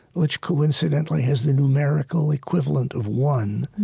which coincidentally has the numerical equivalent of one,